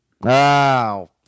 Wow